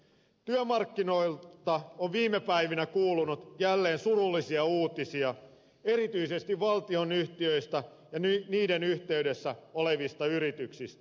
työmarkkinoilta on viime päivinä kuulunut jälleen surullisia uutisia erityisesti valtionyhtiöistä ja niihin yhteydessä olevista yrityksistä